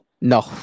no